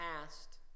past